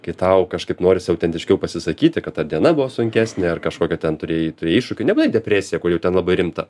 kai tau kažkaip norisi autentiškiau pasisakyti kad ar diena buvo sunkesnė ar kažkokią ten turėjai turėjai iššūkių nebūtinai depresija kur jau ten labai rimta